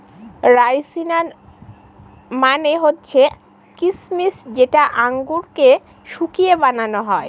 রাইসিনা মানে হচ্ছে কিসমিস যেটা আঙুরকে শুকিয়ে বানানো হয়